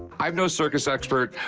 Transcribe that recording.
i'm no circus expert,